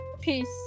Peace